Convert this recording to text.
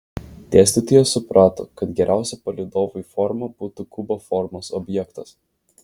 dėstytojas suprato kad geriausia palydovui forma būtų kubo formos objektas